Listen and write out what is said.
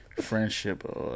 friendship